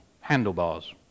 handlebars